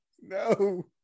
no